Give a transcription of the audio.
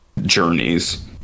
journeys